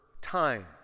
time